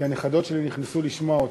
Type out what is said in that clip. כי הנכדות שלי נכנסו לשמוע אותך.